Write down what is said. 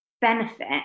benefit